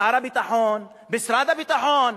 שר הביטחון, משרד הביטחון.